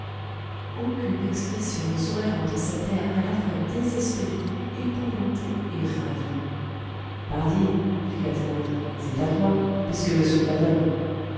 aucune expression ne saurait rendre cet air à la fois désespéré épouvanté et ravi pardi fit la thénardier c'est à toi puisque monsieur te la donne